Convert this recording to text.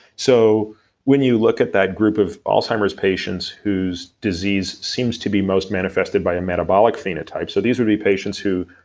so when you look at that group of alzheimer's patients whose disease seems to be most manifested by a metabolic phenotype. so these would be patients who,